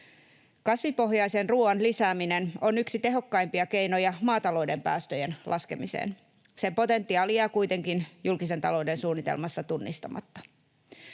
Kasvipohjaisen ruoan lisääminen on yksi tehokkaimpia keinoja maatalouden päästöjen laskemiseen. Sen potentiaali jää kuitenkin julkisen talouden suunnitelmassa tunnistamatta.